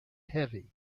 heavy